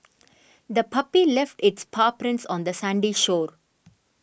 the puppy left its paw prints on the sandy shore